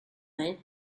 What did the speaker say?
mig